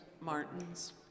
Martin's